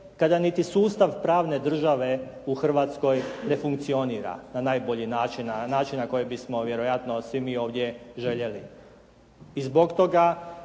kada niti sustav pravne države u Hrvatskoj ne funkcionira na najbolji način, na način na koji bismo vjerojatno svi mi ovdje željeli.